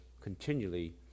continually